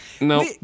No